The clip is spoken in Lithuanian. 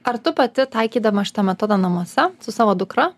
ar tu pati taikydama šitą metodą namuose su savo dukra